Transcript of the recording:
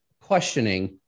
questioning